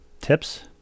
tips